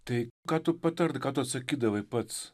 tai ką tu patarti ką tu atsakydavai pats